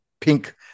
pink